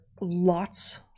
lots